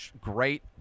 Great